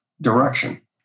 direction